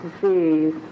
disease